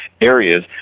areas